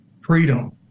freedom